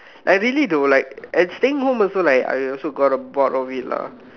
like really though like at staying home also like I also uh got bored of it lah